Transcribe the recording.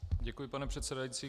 Děkuji, pane předsedající.